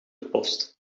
post